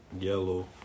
yellow